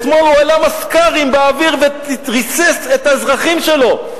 אתמול הוא העלה מסק"רים באוויר וריסס את האזרחים שלו.